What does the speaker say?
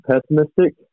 pessimistic